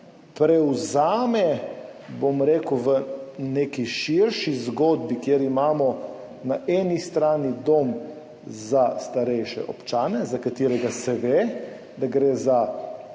prevzame [vlogo] v neki širši zgodbi, kjer imamo na eni strani dom za starejše občane, za katerega se ve, da gre za